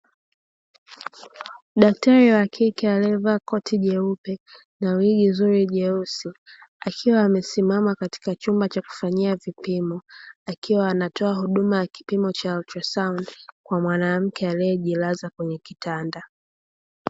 Daktari wa kike aliyevaa koti jeupe na wigi zuri jeusi akiwa amesimama katika chumba cha kufanyia vipimo, akiwa anatoa huduma ya kipimo cha "ultra sound" kwa mwanamke aliyejilaza kwenye kitanda.